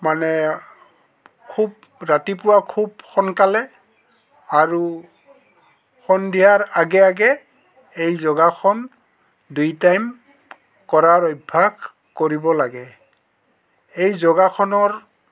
মানে খুব ৰাতিপুৱা খুব সোনকালে আৰু সন্ধিয়াৰ আগে আগে এই যোগাসন দুই টাইম কৰাৰ অভ্যাস কৰিব লাগে এই যোগাসনৰ